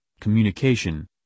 communication